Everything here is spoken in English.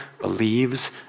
believes